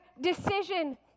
decision